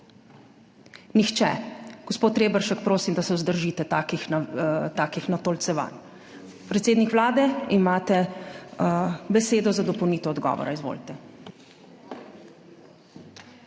Nihče. Gospod Reberšek, prosim, da se vzdržite takih natolcevanj. Predsednik Vlade, imate besedo za dopolnitev odgovora. Izvolite.